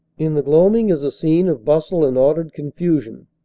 in the gloaming is a scene of bustle and ordered confusion.